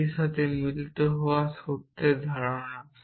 এটির সাথে মিলিত হওয়াও সত্যের ধারণা